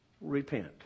repent